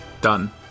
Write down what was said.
Done